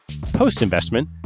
Post-investment